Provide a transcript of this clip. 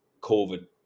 COVID